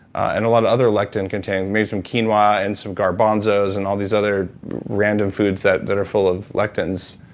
and a lot of other lectin contains made from quinoa, and some garbanzos, and all these other random foods that that are full of lectins,